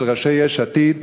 של ראשי יש עתיד,